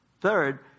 Third